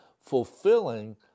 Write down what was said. fulfilling